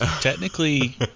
technically